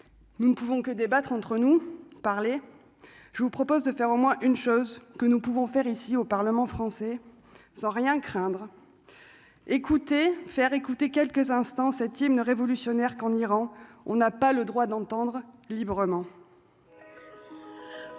nous ne pouvons que débattre entre nous parler, je vous propose de faire au moins une chose que nous pouvons faire ici au Parlement français, sans rien craindre écoutez faire écouter quelques instants 7ème ne révolutionnaire qu'en Iran, on n'a pas le droit d'entendre librement.